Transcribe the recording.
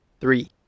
Three